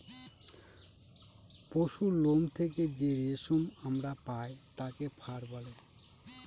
পশুরলোম থেকে যে রেশম আমরা পায় তাকে ফার বলে